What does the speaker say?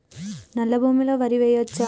నల్లా భూమి లో వరి వేయచ్చా?